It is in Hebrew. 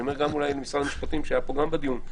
אני אומר אולי למשרד המשפטים שהיה פה גם בדיון,